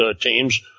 teams